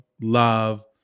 love